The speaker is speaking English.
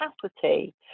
capacity